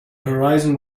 horizon